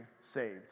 saved